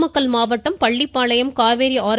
நாமக்கல் மாவட்டம் பள்ளிப்பாளையம் காவேரி ஆர்